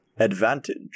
Advantage